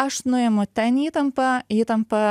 aš nuimu ten įtampą įtampa